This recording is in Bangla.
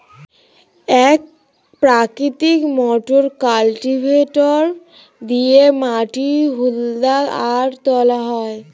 এক প্রকৃতির মোটর কালটিভেটর দিয়ে মাটি হুদা আর তোলা হয়